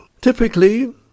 Typically